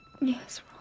Yes